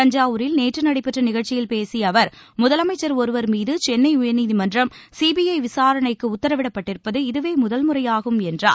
தஞ்சாவூரில் நேற்று நடைபெற்ற நிகழ்ச்சியில் பேசிய அவர் முதலமைச்சர் ஒருவர்மீது சென்னை உயர்நீதிமன்றம் சிபிஐ விசாரணைக்கு உத்தரவிடப்பட்டிருப்பது இதுவே முதல் முறையாகும் என்றார்